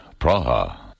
Praha